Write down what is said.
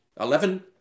Eleven